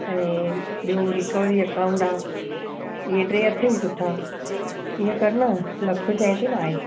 ऐं ॿियो recovery account आहे इहे टे अथइ सुठा ईअं कर न लखु चए थी न आहे